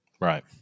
Right